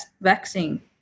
vaccine